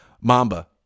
Mamba